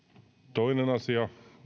toinen asia